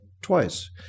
twice